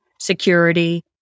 security